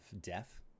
death